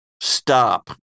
stop